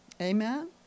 Amen